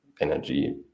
energy